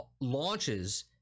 launches